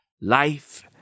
life